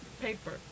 paper